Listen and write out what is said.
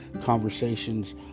conversations